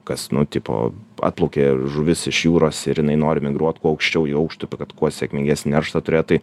kas nu tipo atplaukė žuvis iš jūros ir jinai nori migruot kuo aukščiau į aukštupį kad kuo sėkmingesnį nerštą turėt tai